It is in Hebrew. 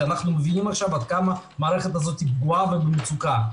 כשאנחנו מבינים עכשיו עד כמה המערכת הזו פגועה והיא במצוקה.